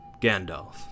Gandalf